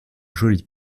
jolis